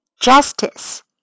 justice